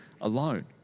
alone